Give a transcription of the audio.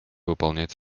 выполнять